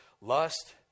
Lust